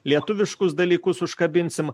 lietuviškus dalykus užkabinsim